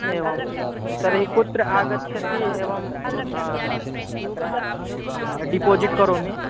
एवं तर्हि कुत्र आगच्छति एवं डिपोजिट् करोमि